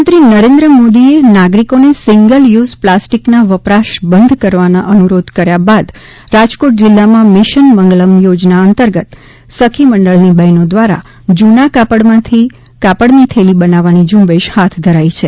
પ્રધાનમંત્રી નરેન્દ્ર મોદીએ નાગરિકોને સિંગલ યુઝ પ્લાસ્ટિકની વપરાશ બંધ કવાનો અનુરોધ કર્યા બાદ રાજકોટ જિલ્લામાં મિશન મંગલમ યોજના અંતર્ગત સખી મંડળની બહેનો દ્વારા જૂના કપડાંમાંથી કાપડની થેલી બનાવવાની ઝુંબેશ હાથ ધરાઈ છે